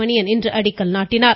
மணியன் இன்று அடிக்கல் நாட்டினார்